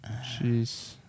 Jeez